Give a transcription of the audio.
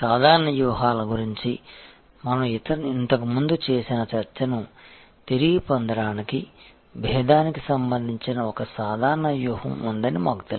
సాధారణ వ్యూహాల గురించి మనం ఇంతకు ముందు చేసిన చర్చను తిరిగి పొందడానికి భేదానికి సంబంధించిన ఒక సాధారణ వ్యూహం ఉందని మాకు తెలుసు